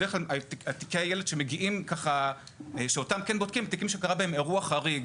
בדרך כלל תיקי הילד שאותם בודקים הם תיקים שקרה בהם אירוע חריג.